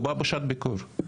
הוא בא בשעת ביקור.